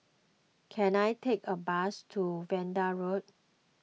can I take a bus to Vanda Road